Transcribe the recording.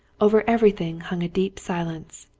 over everything hung a deep silence.